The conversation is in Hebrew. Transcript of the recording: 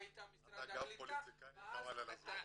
אתה גם פוליטיקאי חבל על הזמן.